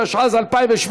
התשע"ז 2017,